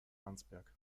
arnsberg